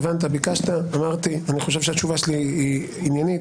ביקשת, אמרתי ואני חושב שהתשובה שלי היא עניינית.